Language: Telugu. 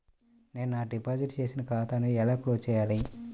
నేను నా డిపాజిట్ చేసిన ఖాతాను ఎలా క్లోజ్ చేయాలి?